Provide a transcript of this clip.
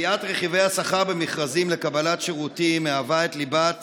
קביעת רכיבי השכר במכרזים לקבלת שירותים מהווה את ליבת